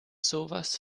sowas